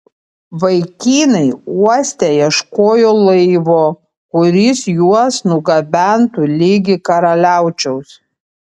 vaikinai uoste ieškojo laivo kuris juos nugabentų ligi karaliaučiaus